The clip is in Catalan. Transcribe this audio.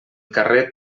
carrer